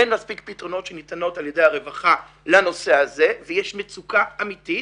אין מספיק פתרונות שניתנים על ידי הרווחה לנושא הזה ויש מצוקה אמיתית.